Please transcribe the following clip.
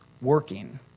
working